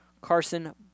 Carson